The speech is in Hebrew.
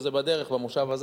וזה בדרך במושב הזה.